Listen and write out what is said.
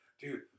Dude